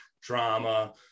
drama